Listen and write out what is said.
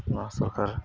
ᱱᱚᱣᱟ ᱥᱚᱨᱠᱟᱨ